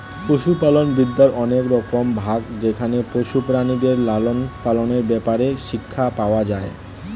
পশুপালন বিদ্যার অনেক রকম ভাগ যেখানে পশু প্রাণীদের লালন পালনের ব্যাপারে শিক্ষা পাওয়া যায়